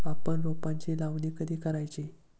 आपण रोपांची लावणी कधी करायची?